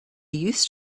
used